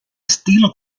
estilo